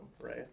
right